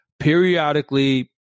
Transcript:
Periodically